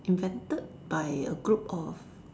invented by a group of